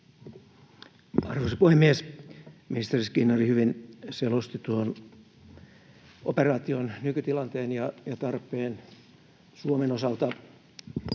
Arvoisa puhemies! Ministeri Skinnari hyvin selosti tuon operaation nykytilanteen ja Suomen osalta